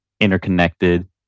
interconnected